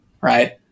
right